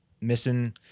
missing